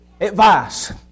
advice